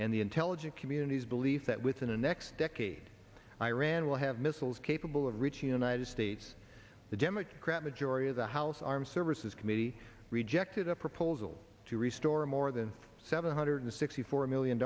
and the intelligence community's belief that within the next decade iran will have missiles capable of reaching united states the democrat majority of the house armed services committee rejected a proposal to restore a more than seven hundred sixty four million